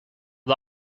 the